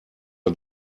are